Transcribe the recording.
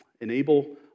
Enable